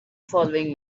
following